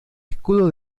escudo